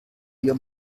wir